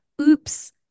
oops